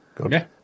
Okay